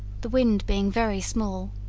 the wind being very small.